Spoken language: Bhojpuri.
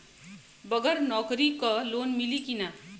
बगर नौकरी क लोन मिली कि ना?